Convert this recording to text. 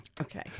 Okay